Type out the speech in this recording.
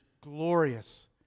glorious